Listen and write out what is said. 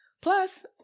Plus